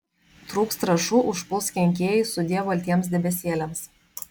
trūks trąšų užpuls kenkėjai sudie baltiems debesėliams